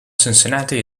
cincinnati